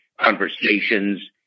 conversations